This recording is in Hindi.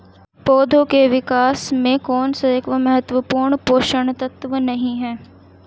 पौधों के विकास में कौन सा एक महत्वपूर्ण पोषक तत्व नहीं है?